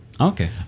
Okay